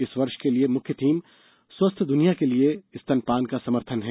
इस वर्ष के लिए मुख्य थीम स्वस्थ दुनिया के लिए स्तनपान का समर्थन है